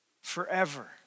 forever